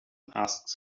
asked